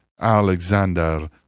Alexander